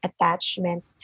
attachment